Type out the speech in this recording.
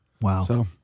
Wow